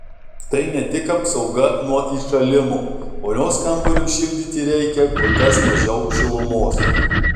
tai ne tik apsauga nuo įšalimo vonios kambariui šildyti reikia kur kas mažiau šilumos